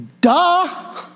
duh